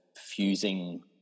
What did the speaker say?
fusing